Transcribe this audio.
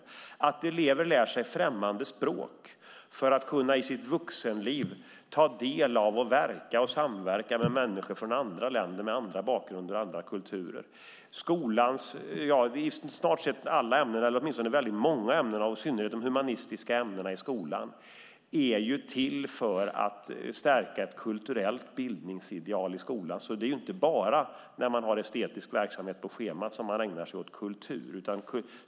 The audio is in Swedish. Det är att elever lär sig främmande språk för att i sitt vuxenliv kunna samverka med människor från andra länder med annan bakgrund och kultur. Många ämnen i skolan, i synnerhet de humanistiska, är till för att stärka ett kulturellt bildningsideal i skolan. Det är inte bara när man har estetisk verksamhet på schemat som man ägnar sig åt kultur.